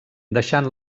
deixant